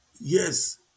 Yes